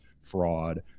fraud